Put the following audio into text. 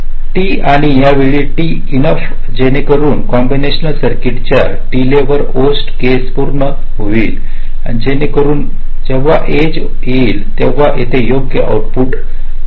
T आणि यावेळी T enough जेणेकरून कॉम्बिनेशनल सर्किट च्या डीलेची वोर्स्ट केस पूर्ण होईल जेणे करून जेव्हा पुढील एज येईल तेव्हा येथे योग्य आउट पुट येथे स्टोअर केले जाईल